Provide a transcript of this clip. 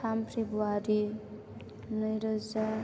थाम फेब्रुवारि नैरोजा ब्रै